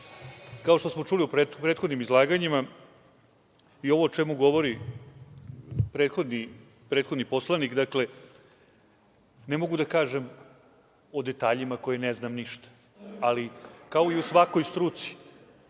kao što smo i čuli u prethodnim izlaganjima i ovo o čemu govori prethodni poslanik, ne mogu da kažem o detaljima o kojima ne znam ništa, ali kao i u svakoj struci,